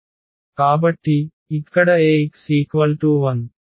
కాబట్టి ఇక్కడ Ax 0